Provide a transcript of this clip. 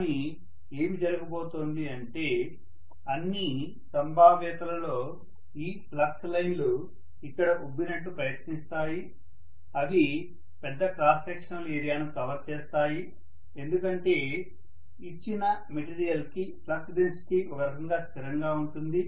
కాని ఏమి జరగబోతోంది అంటే అన్ని సంభావ్యతలలో ఈ ఫ్లక్స్ లైన్లు ఇక్కడ ఉబ్బినట్లు ప్రయత్నిస్తాయి అవి పెద్ద క్రాస్ సెక్షనల్ ఏరియాను కవర్ చేస్తాయి ఎందుకంటే ఇచ్చిన మెటీరియల్ కి ఫ్లక్స్ డెన్సిటీ ఒకరకంగా స్థిరంగా ఉంటుంది